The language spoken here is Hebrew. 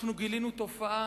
גילינו תופעה